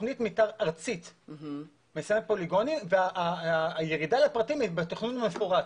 תכנית מתאר ארצית מסמנת פוליגונים והירידה לפרטים היא בתכנון המפורט.